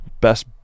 best